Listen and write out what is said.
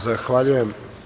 Zahvaljujem.